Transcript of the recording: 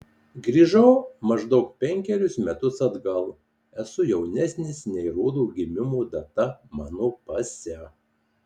grįžau maždaug penkerius metus atgal esu jaunesnis nei rodo gimimo data mano pase